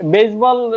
Baseball